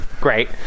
Great